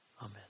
Amen